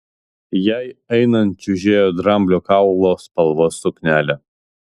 jai einant čiužėjo dramblio kaulo spalvos suknelė